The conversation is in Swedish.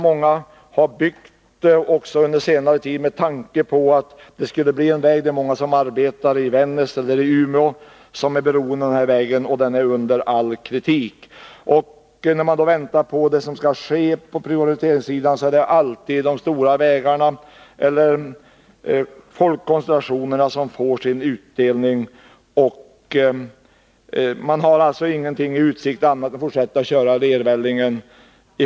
Många har under senare tid också byggt hus där med tanke på att det skulle bli en väg, och många av dem som är beroende av vägen arbetar i Vännäs eller Umeå. Den här vägen är under all kritik, men vid prioriteringen är det alltid de stora vägarna eller de områden där folkkoncentrationerna finns som får utdelning. Man har alltså ingen utsikt till annat än att fortsätta att köra i lervällingen.